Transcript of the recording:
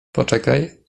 poczekaj